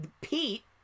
Pete